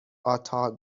آتا